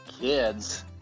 kids